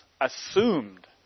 assumed